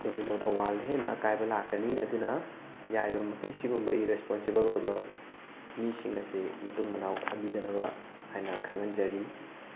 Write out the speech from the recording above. domino ꯊꯧꯕꯥꯜꯗ ꯍꯦꯟꯅ ꯑꯀꯥꯏꯕ ꯂꯥꯛꯀꯅꯤ ꯑꯗꯨꯅ ꯌꯥꯔꯤꯕꯃꯈꯩ ꯁꯤꯒꯨꯝꯕ ꯏꯔꯔꯦꯁꯄꯣꯟꯁꯤꯕꯜ ꯑꯣꯏꯕ ꯃꯤꯁꯤꯡ ꯑꯁꯤ ꯃꯇꯨꯡ ꯃꯅꯥꯎ ꯊꯥꯕꯤꯗꯅꯕ ꯍꯥꯏꯅ ꯈꯪꯍꯟꯖꯔꯤ